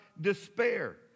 despair